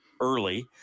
early